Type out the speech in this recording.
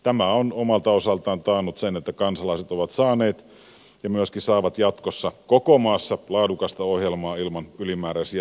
tämä on omalta osaltaan taannut sen että kansalaiset ovat saaneet ja myöskin saavat jatkossa koko maassa laadukasta ohjelmaa ilman ylimääräisiä maksuja